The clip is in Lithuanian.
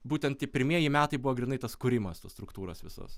būtent tie pirmieji metai buvo grynai tas kūrimas tos struktūros visos